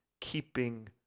keeping